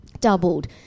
Doubled